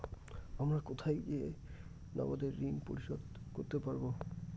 আমি কোথায় গিয়ে নগদে ঋন পরিশোধ করতে পারবো?